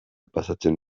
pasatzen